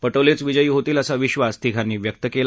पटोलेच विजयी होतील असा विद्वास तिघांनी व्यक्त केला